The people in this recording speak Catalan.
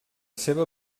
seva